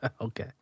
okay